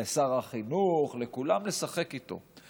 לשר החינוך, לכולם, לשחק איתו.